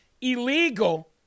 illegal